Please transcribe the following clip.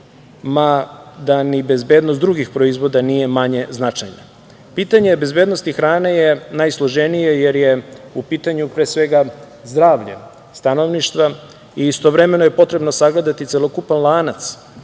mada ni bezbednost drugih proizvoda nije manje značajna. Pitanje bezbednosti hrane je najsloženije, jer je u pitanju, pre svega, zdravlje stanovništva i istovremeno je potrebno sagledati celokupan lanac,